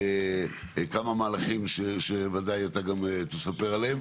כמה מהלכים שוודאי אתה גם תספר עליהם,